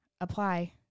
Apply